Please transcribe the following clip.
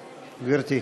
גברתי.